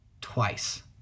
twice